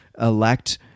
elect